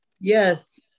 Yes